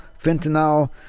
fentanyl